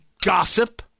gossip